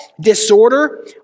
disorder